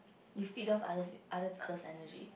you feed off other's other people's energy